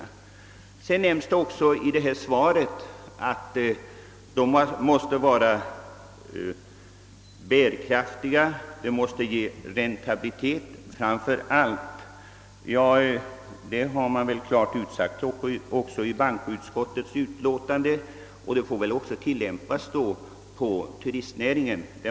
I svaret nämns också att anläggningarna framför allt måste vara bärkraftiga och ge god avkastning. Detta har också i bankoutskottets utlåtande klart uttalats beträffande lokaliseringspolitiken över huvud taget, och det får väl anses tillämpligt även på turistnäringen.